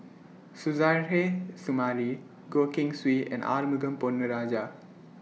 Suzairhe Sumari Goh Keng Swee and Arumugam Ponnu Rajah